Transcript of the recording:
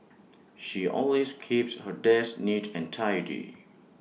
she always keeps her desk neat and tidy